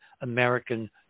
American